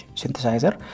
synthesizer